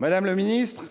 Madame la ministre,